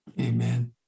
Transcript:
Amen